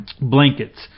Blankets